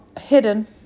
hidden